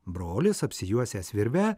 brolis apsijuosęs virve